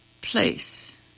place